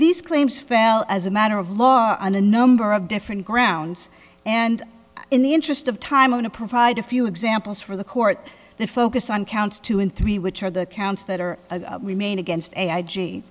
these claims fail as a matter of law on a number of different grounds and in the interest of time to provide a few examples for the court the focus on counts two and three which are the counts that are remain against a i g